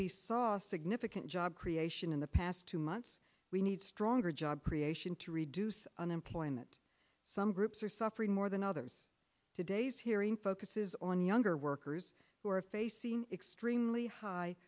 we saw significant job creation in the past two months we need stronger job creation to reduce unemployment some groups are suffering more than others today's hearing focuses on younger workers who are facing extremely high